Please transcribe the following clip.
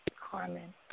Carmen